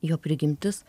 jo prigimtis